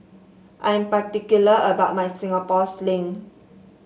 I'm particular about my Singapore Sling